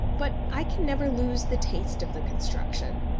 but i can never lose the taste of the construction.